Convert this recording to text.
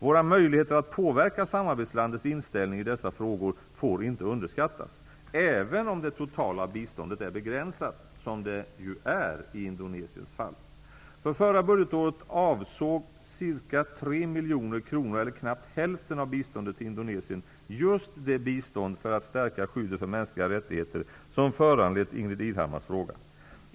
Våra möjligheter att påverka samarbetslandets inställning i dessa frågor får inte underskattas, även om det totala biståndet är begränsat, som det ju är i Indonesiens fall. För förra budgetåret avsåg ca 3 miljoner kronor, eller knappt hälften av biståndet till Indonesien, just det bistånd för att stärka skyddet för mänskliga rättigheter som föranlett Ingbritt Irhammars fråga.